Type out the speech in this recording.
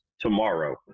tomorrow